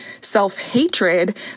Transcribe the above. self-hatred